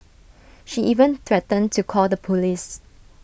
she even threatened to call the Police